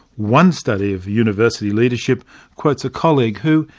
one study of university leadership quotes a colleague who,